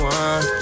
one